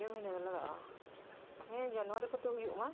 ᱯᱮ ᱢᱟᱹᱦᱱᱟᱹ ᱜᱟᱱ ᱞᱟᱜᱟᱜᱼᱟ ᱦᱮᱸ ᱡᱟᱱᱩᱣᱟᱨᱤ ᱠᱚᱛᱮ ᱦᱩᱭᱩᱜᱼᱢᱟ